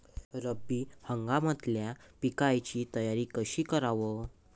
रब्बी हंगामातल्या पिकाइची तयारी कशी कराव?